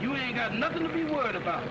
you it's got nothing to be worried about